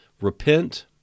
Repent